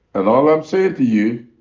and all i'm saying to you,